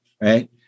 right